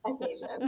occasion